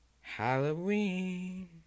Halloween